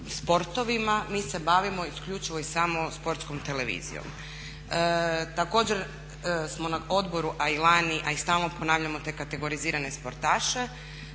sportovima mi se bavimo isključivo i samo sportskom televizijom. Također smo na odboru a i lani a i stalno ponavljamo te kategorizirane sportaše,